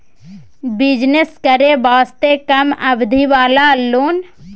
Business करे वास्ते कम अवधि वाला लोन?